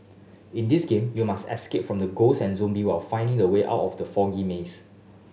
in this game you must escape from the ghost and zombie while finding the way out of the foggy maze